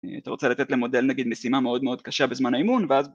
אתה רוצה לתת למודל נגיד משימה מאוד מאוד קשה בזמן האימון ואז...